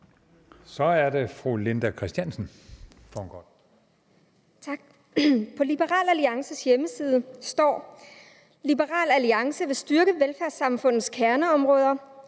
Kl. 15:43 Linda Kristiansen (RV): Tak. På Liberal Alliances hjemmeside står der: »Liberal Alliance vil styrke velfærdssamfundets kerneområder.